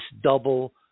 double